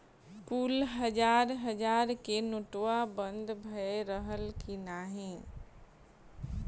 कुल हजार हजार के नोट्वा बंद भए रहल की नाही